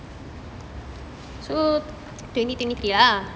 so twenty twenty three lah